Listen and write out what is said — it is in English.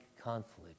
conflict